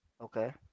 Okay